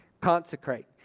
Consecrate